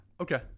Okay